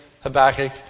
Habakkuk